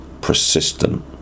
persistent